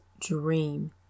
dream